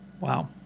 wow